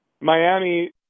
Miami